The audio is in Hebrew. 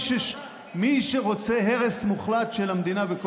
מי שרוצה הרס מוחלט של המדינה וכל